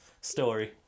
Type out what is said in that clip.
story